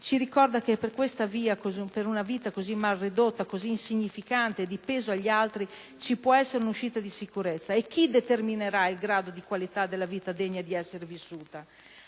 ci ricorda che per una vita così mal ridotta, così insignificante e di peso per gli altri può esserci l'uscita di sicurezza? E chi determinerà il grado di qualità della vita degna di essere vissuta?